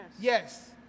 Yes